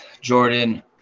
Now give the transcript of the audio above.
Jordan